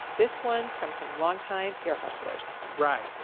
this one's from some long time ear hustlers right.